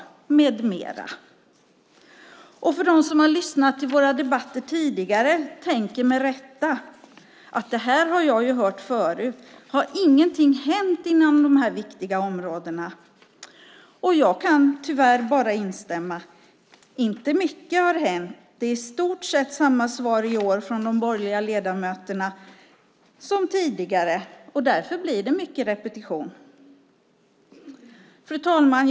De som har lyssnat till våra debatter tidigare tänker med rätta: Detta har jag hört förut. Har inget hänt inom dessa viktiga områden? Jag kan tyvärr bara instämma. Inte mycket har hänt. Det är i stort sett samma svar i år från de borgerliga ledamöterna som tidigare. Därför blir det mycket repetition. Fru talman!